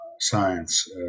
science